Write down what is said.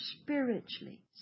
spiritually